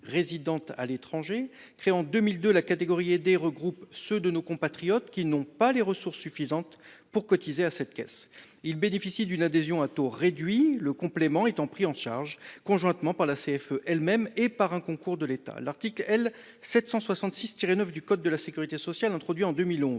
résidant à l’étranger. Créée en 2002, la catégorie aidée regroupe ceux de nos compatriotes qui ne disposent pas des ressources suffisantes pour cotiser à cette caisse. Ils bénéficient alors d’une adhésion à taux réduit, le complément étant pris en charge conjointement par la CFE elle même et par un concours de l’État. L’article L. 766 9 du code de la sécurité sociale, introduit en 2011,